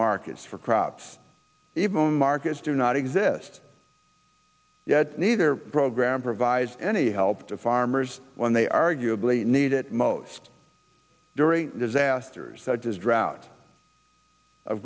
markets for crops markets do not exist yet neither program provides any help to farmers when they arguably need it most during disasters such as drought